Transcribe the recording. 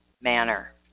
manner